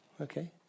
Okay